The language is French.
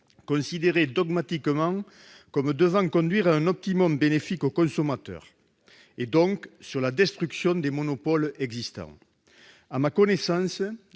considéré dogmatiquement comme devant conduire à un optimum bénéfique aux consommateurs, et donc sur la destruction des monopoles existants. À ma connaissance,